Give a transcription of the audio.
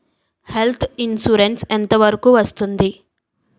Health insurance ఎంత వరకు వస్తుంది?